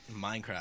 Minecraft